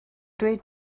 dweud